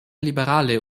liberale